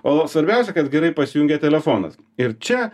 o svarbiausia kad gerai pasijungia telefonas ir čia